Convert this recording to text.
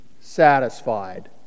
satisfied